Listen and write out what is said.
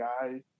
guys